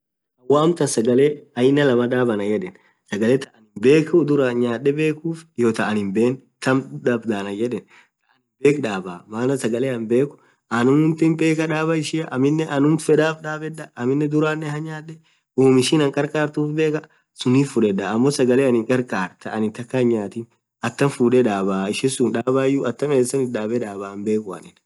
woo amtan sagale aina lamna dhab Annan yedhe sagale thaa anin bhekhu dhura nyadhe bekhuf hiyo taanin hiben taam dhamdhaa anan yedhe thaa anum bhekhu dhabaa maana sagale anin bhekhu anuthum bekha dhaba ishia aminen anutlm fedhaf dhabedha aminen dhuran hanyadhe womm ishin ankharkharthuf bekha suniff fudhedha ammo sagale anin kharkhar thaa anin thakhaa hinyathin atam fudhe dhabaa ishisun dhaabayu atamm esan ithdhabe dhabaa hinbekhu anin